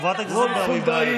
רמטכ"ל.